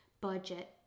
budget